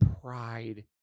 pride